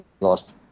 lost